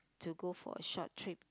to go for a short trip